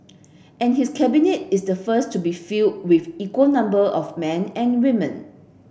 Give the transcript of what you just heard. and his Cabinet is the first to be filled with equal number of men and women